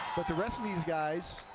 but the rest of these guys,